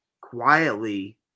quietly